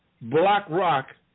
BlackRock